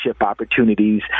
opportunities